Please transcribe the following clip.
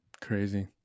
crazy